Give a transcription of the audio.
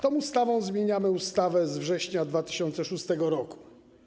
Tą ustawą zmieniamy ustawę z września 2006 r.